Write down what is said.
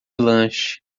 lanche